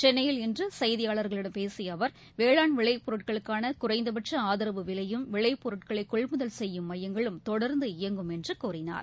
சென்னையில் இன்று செய்தியாளர்களிடம் பேசிய அவர் வேளாண் விளைபொருட்களுக்கான குறைந்தபட்ச ஆதரவு விலையும் விளை பொருட்களை கொள்முதல் செய்யும் மையங்களும் தொடர்ந்து இயங்கும் என்று கூறினார்